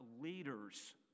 leaders